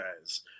guys